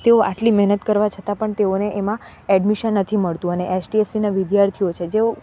તેઓ આટલી મહેનત કરવા છતાં પણ તેઓને એમાં એડમિશન નથી મળતું અને એસટી એસીના વિદ્યાર્થીઓ છે જેઓ